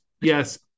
Yes